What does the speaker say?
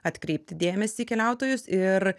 atkreipti dėmesį keliautojus ir